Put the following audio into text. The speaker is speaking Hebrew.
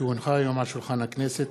כי הונחו היום על שולחן הכנסת,